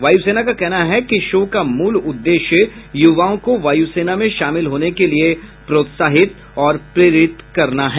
वायु सेना का कहना है कि शो का मूल उद्देश्य युवाओं को वायु सेना में शामिल होने के लिए प्रोत्साहित और प्रेरित करना है